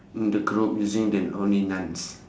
in the group using the only nouns